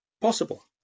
possible